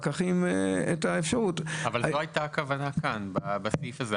זאת הכוונה שהייתה כאן, בסעיף הזה.